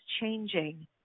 changing